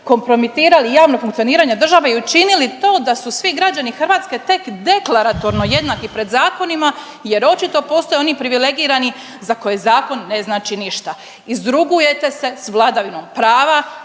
kompromitirali javno funkcioniranje države i učinili to da su svi građani hrvatske tek deklaratorno jednaki pred zakonima jer očito postoje oni privilegirani za koje zakon ne znači ništa. Izrugujete se s vladavinom prava,